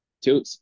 two